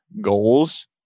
goals